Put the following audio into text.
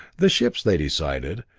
the ships, they decided,